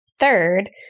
Third